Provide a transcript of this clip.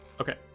okay